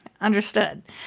understood